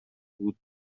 بود